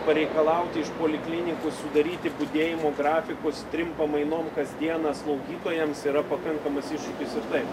pareikalauti iš poliklinikų sudaryti budėjimo grafikus trim pamainom kasdieną slaugytojams yra pakankamas iššūkis ir taip